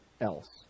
else